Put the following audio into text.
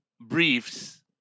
briefs